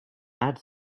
add